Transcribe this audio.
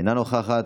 אינו נוכח,